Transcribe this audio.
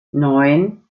neun